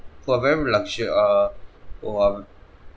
who are very luxu~ err who um